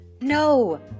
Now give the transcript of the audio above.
No